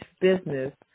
business